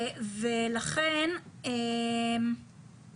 אנחנו